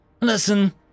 Listen